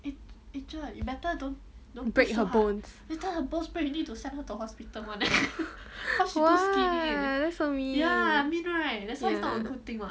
break her bones !wah! that's so mean ya